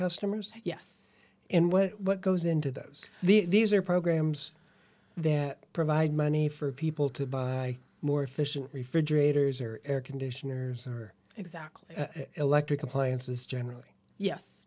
customers yes and what goes into those these are programs that provide money for people to buy more efficient refrigerators or air conditioners or exactly electric appliances generally